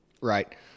Right